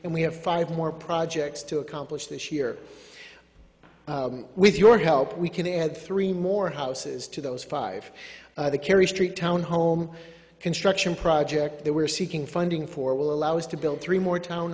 and we have five more projects to accomplish this year with your help we can add three more houses to those five carry street townhome construction project they were seeking funding for will allow us to build three more town